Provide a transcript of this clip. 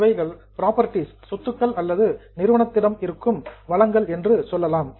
இவைகள் புரோபர்டீஸ் சொத்துக்கள் அல்லது நிறுவனத்திடம் இருக்கும் ரிசோர்சஸ் வளங்கள் என்று சொல்லலாம்